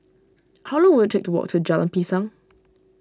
how long will it take to walk to Jalan Pisang